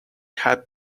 have